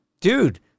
dude